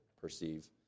perceive